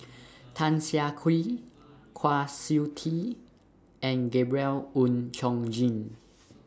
Tan Siah Kwee Kwa Siew Tee and Gabriel Oon Chong Jin